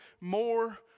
more